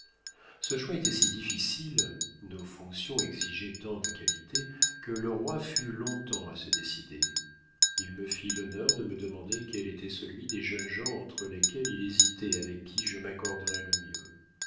ce choix était si difficile nos fonctions exigeaient tant de qualités que le roi fut long-temps à se décider il me fit l'honneur de me demander quel était celui des jeunes gens entre lesquels il hésitait avec qui je m'accorderais le mieux